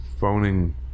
phoning